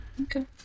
Okay